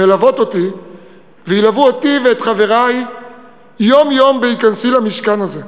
מלוות אותי וילוו אותי ואת חברי יום-יום בהיכנסי למשכן הזה,